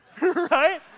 Right